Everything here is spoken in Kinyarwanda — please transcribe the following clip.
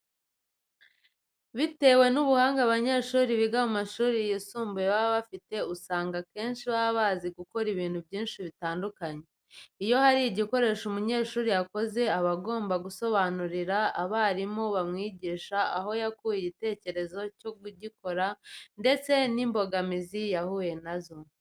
Bitewe n'ubuhanga abanyeshuri biga mu mashuri yisumbuye baba bafite, usanga akenshi baba bazi gukora ibintu byinshi bitandukanye. Iyo hari igikoresho umunyeshuri yakoze, aba agomba gusobanurira abarimu bamwigisha aho yakuye igitekerezo cyo kugikora ndetse n'imbogambizi yahuye na zo.